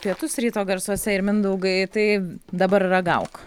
pietus ryto garsuose ir mindaugai tai dabar ragauk